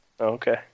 Okay